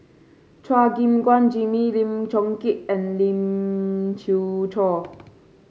Chua Gim Guan Jimmy Lim Chong Keat and Lee Siew Choh